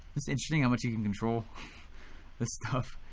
it's interesting how much you can control this stuff.